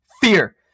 fear